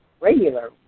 Regular